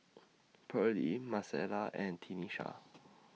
Pearley Marcella and Tenisha